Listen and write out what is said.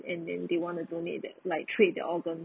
and then they wanna donate that like trade their organs